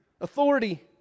authority